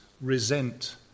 resent